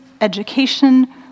education